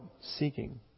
seeking